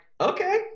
okay